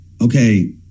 okay